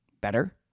better